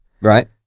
right